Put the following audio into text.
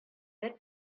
бер